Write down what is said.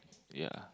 ya